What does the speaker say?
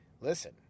listen